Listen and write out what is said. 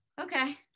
Okay